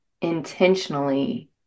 intentionally